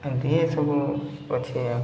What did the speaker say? ଏମ୍ତି ହିଁ ଏସବୁ ଅଛି ଆଉ